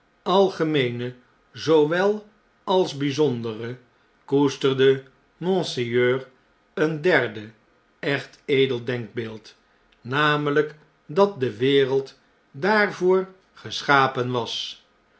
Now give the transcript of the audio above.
zoowel als bijzondere koesterde monseigneur een derde echt edel denkbeeld namelijk dat de wereld daarvoor geschapen was